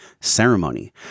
ceremony